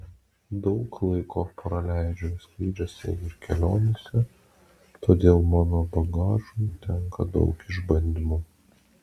daug laiko praleidžiu skrydžiuose ir kelionėse todėl mano bagažui tenka daug išbandymų